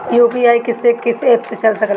UPI किस्से कीस app से चल सकेला?